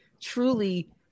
truly